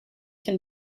can